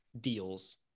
deals